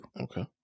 Okay